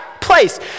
place